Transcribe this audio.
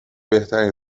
بهترین